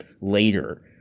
later